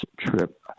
trip